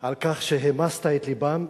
על כך שהמסת את לבם.